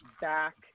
back